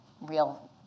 real